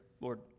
Lord